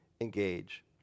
engage